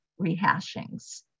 rehashings